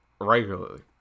Regularly